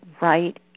right